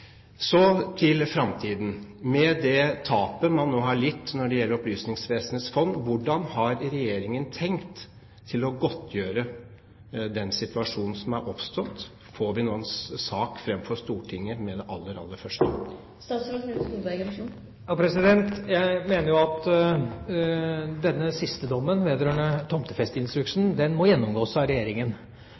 Så til fremtiden: Med det tapet man nå har lidt når det gjelder Opplysningsvesenets fond, hvordan har regjeringen tenkt å godtgjøre den situasjonen som er oppstått? Får vi nå en sak fram for Stortinget med det aller, aller første? Jeg mener jo at denne siste dommen vedrørende tomtefesteinstruksen må gjennomgås av regjeringen.